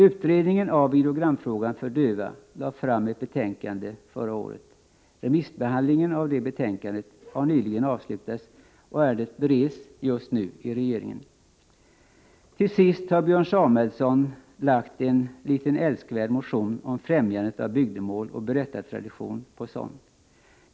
Utredningen om videogram för döva lade förra året fram ett betänkande. Remissbehandlingen av detta betänkande har nyligen avslutats, och ärendet bereds just nu i regeringen. Till sist några ord om Björn Samuelsons älskvärda lilla motion om främjande av bygdemål och berättartradition på sådant.